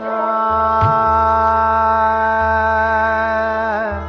aa